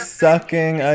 sucking